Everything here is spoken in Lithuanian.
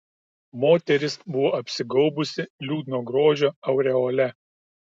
moteris buvo apsigaubusi liūdno grožio aureole